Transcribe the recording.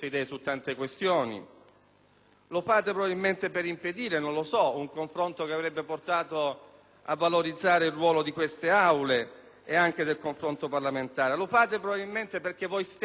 lo fate per impedire un confronto che avrebbe portato a valorizzare il ruolo di queste Aule e anche della dialettica parlamentare. Lo fate probabilmente perché voi stessi avete ingolfato